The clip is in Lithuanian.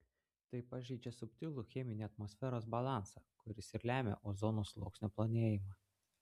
tai pažeidžia subtilų cheminį atmosferos balansą kuris ir lemia ozono sluoksnio plonėjimą